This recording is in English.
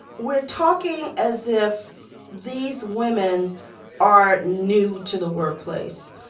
we're talking as if these women are new to the workplace.